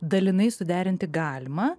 dalinai suderinti galima